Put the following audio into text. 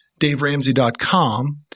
DaveRamsey.com